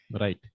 Right